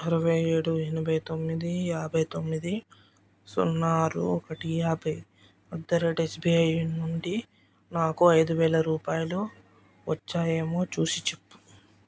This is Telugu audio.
అరవై ఏడు ఎనభై తొమ్మిది యాభై తొమ్మిది సున్నా ఆరు ఒకటి యాభై అట్ ద రేట్ ఎస్బిఐ నుండి నాకు ఐదు వేల రూపాయలు వచ్చాయేమో చూసిచెప్పు